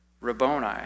Rabboni